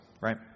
right